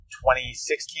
2016